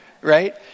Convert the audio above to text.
right